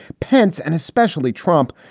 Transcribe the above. pence, and especially trump,